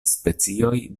specioj